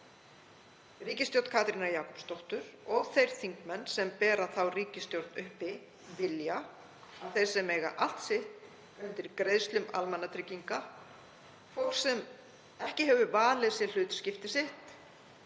Ríkisstjórn Katrínar Jakobsdóttur og þeir þingmenn sem bera þá ríkisstjórn uppi vilja að þeir sem eiga allt sitt undir greiðslum almannatrygginga, fólk sem ekki hefur valið sér hlutskipti sitt